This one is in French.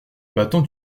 battants